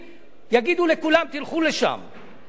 האם אנחנו נעשה את זה גם עם פקיד במשרד הפנים,